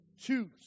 choose